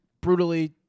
brutally